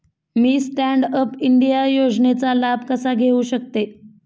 मी stand up India योजनेचा लाभ कसा घेऊ शकते